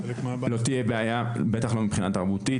לא תהיה בעיה, בטח לא מבחינה תרבותית.